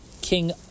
King